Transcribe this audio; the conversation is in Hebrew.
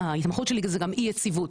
ההתמחות שלי זה גם אי יציבות,